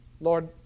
Lord